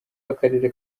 w’akarere